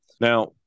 Now